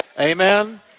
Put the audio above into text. Amen